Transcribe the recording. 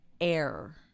Air